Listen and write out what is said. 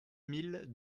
mille